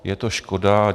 Je to škoda.